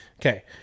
Okay